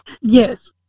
Yes